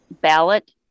ballot